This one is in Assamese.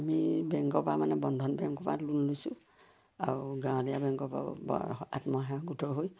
আমি বেংকৰপৰা মানে বন্ধন বেংকৰপৰা লোন লৈছোঁ আৰু গাঁৱলীয়া বেংকৰপৰাও আত্মসহায়ক গোটৰ হৈ